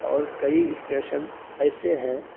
اور کئی اسٹیشن ایسے ہیں